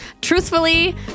Truthfully